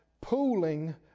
pooling